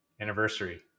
anniversary